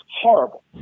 horrible